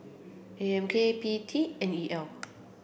A M K P T N E L